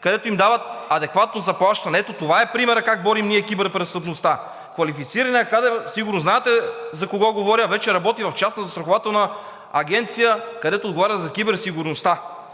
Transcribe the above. където им дават адекватно заплащане. Ето това е примерът как ние борим киберпрестъпността. Квалифицираният кадър – сигурно знаете за кого говоря, вече работи в частна застрахователна агенция, където отговаря за киберсигурността.